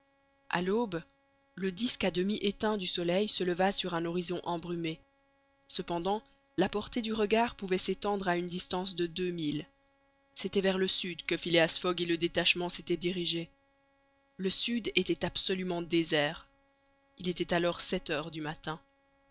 a l'aube le disque à demi éteint du soleil se leva sur un horizon embrumé cependant la portée du regard pouvait s'étendre à une distance de deux milles c'était vers le sud que phileas fogg et le détachement s'étaient dirigés le sud était absolument désert il était alors sept heures du matin